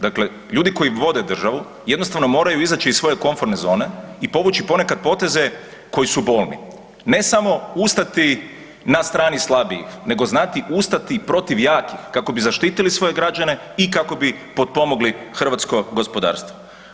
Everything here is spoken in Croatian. Dakle, ljudi koji vode državu, jednostavno moraju izaći iz svoje komforne zone i povući ponekad poteze koji su bolni, ne samo ustati na strani slabijih nego znati ustati protiv jakih, kako bi zaštitili svoje građane i kako bi potpomogli hrvatsko gospodarstvo.